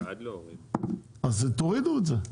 אז תורידו את זה.